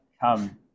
come